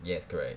yes correct